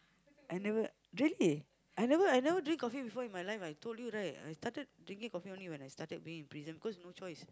I never really I never I never drink coffee before in my life I told you right I started drinking coffee only when I started being in prison because no choice